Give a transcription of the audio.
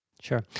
Sure